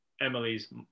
Emily's